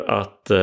att